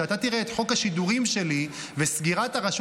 כשתראה את חוק השידורים שלי וסגירת הרשות